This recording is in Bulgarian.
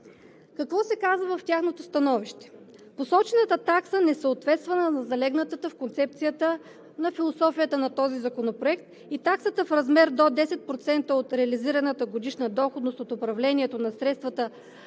Какво се казва в тяхното становище? То е: „Посочената такса не съответства на залегналата в концепцията на философията на този законопроект и таксата в размер до 10% от реализираната годишна доходност от управлението на средствата